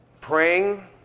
Praying